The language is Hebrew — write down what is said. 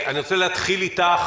אני רוצה להתחיל איתך